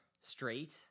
straight